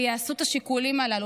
ויעשו את השיקולים הללו.